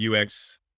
UX